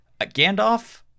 Gandalf